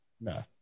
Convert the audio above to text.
No